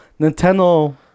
Nintendo